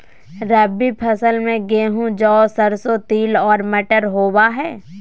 रबी फसल में गेहूं, जौ, सरसों, तिल आरो मटर होबा हइ